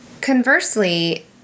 Conversely